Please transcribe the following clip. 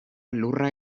lurra